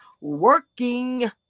working